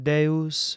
Deus